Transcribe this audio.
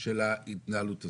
של ההתנהלות הזאת.